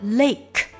lake